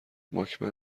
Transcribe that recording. واکمن